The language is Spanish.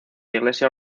iglesia